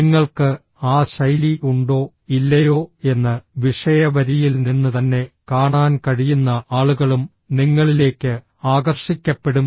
നിങ്ങൾക്ക് ആ ശൈലി ഉണ്ടോ ഇല്ലയോ എന്ന് വിഷയ വരിയിൽ നിന്ന് തന്നെ കാണാൻ കഴിയുന്ന ആളുകളും നിങ്ങളിലേക്ക് ആകർഷിക്കപ്പെടും